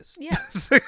Yes